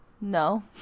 No